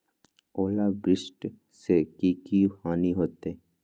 ओलावृष्टि से की की हानि होतै?